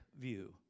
view